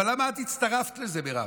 אבל למה את הצטרפת לזה, מירב?